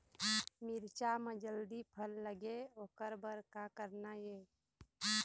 मिरचा म जल्दी फल लगे ओकर बर का करना ये?